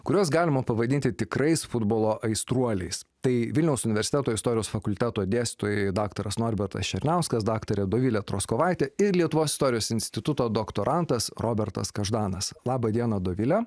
kuriuos galima pavadinti tikrais futbolo aistruoliais tai vilniaus universiteto istorijos fakulteto dėstytojai daktaras norbertas černiauskas daktarė dovilė troskovaitė ir lietuvos istorijos instituto doktorantas robertas kažanas laba diena dovile